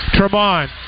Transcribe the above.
Tremont